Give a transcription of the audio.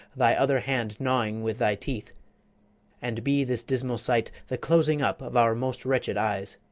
thy other hand gnawing with thy teeth and be this dismal sight the closing up of our most wretched eyes.